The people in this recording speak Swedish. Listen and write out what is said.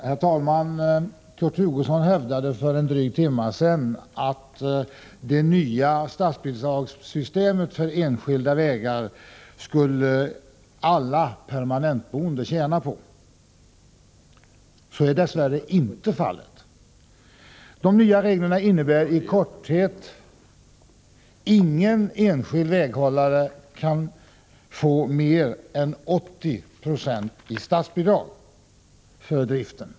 Herr talman! Kurt Hugosson hävdade för en dryg timme sedan att alla permanentboende skulle tjäna på det nya statsbidragssystemet för enskilda vägar. Så är dess värre inte fallet. De nya reglerna innebär i korthet att ingen enskild väghållare kan få mer än 804 i statsbidrag för driften.